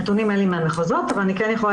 אין לי נתונים מהמחוזות אבל אני כן יכולה